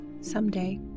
someday